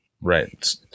Right